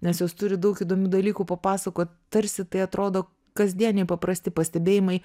nes jos turi daug įdomių dalykų papasakot tarsi tai atrodo kasdieniai paprasti pastebėjimai